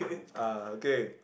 ah okay